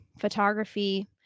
photography